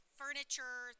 furniture